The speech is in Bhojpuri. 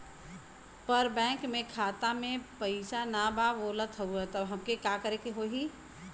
पर बैंक मे खाता मे पयीसा ना बा बोलत हउँव तब हमके का करे के होहीं?